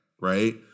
right